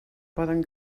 poden